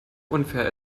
unfair